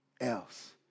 else